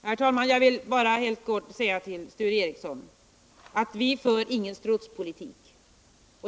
Herr talman! Jag vill bara helt kort säga till Sture Ericson: Vi för ingen strutspolitik.